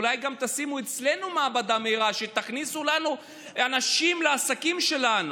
אולי תשימו גם אצלנו מעבדה מהירה ותכניסו לנו אנשים לעסקים שלנו?